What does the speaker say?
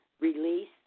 release